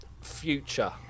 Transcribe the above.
future